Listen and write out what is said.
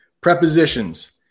Prepositions